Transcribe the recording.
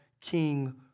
king